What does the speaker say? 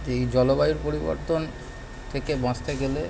এই জলবায়ুর পরিবর্তন থেকে বাঁচতে গেলে